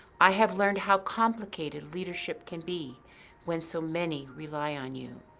i have learned how complicated leadership can be when so many rely on you.